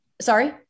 sorry